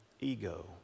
ego